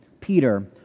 Peter